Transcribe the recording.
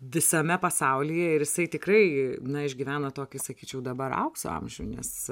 visame pasaulyje ir jisai tikrai išgyvena tokį sakyčiau dabar aukso amžių nes